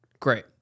great